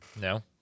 No